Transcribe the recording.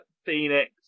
Phoenix